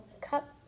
cup